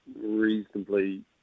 reasonably